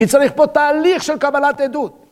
אני צריך פה תהליך של קבלת עדות.